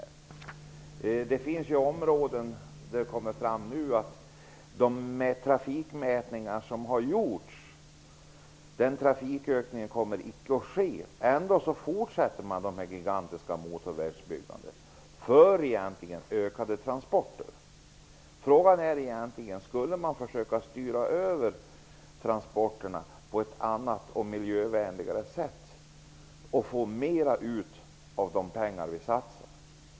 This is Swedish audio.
Enligt de trafikmätningar som har gjorts har det kommit fram att det finns områden där någon trafikökning inte kommer att ske. Ändå fortsätter man med det gigantiska motorvägsbyggande som är planerat för ökade transporter. Frågan är egentligen om man skulle försöka styra över transporterna på ett annat och miljövänligare sätt och få mer ut av de pengar som vi har satsat.